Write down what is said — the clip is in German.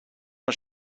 mal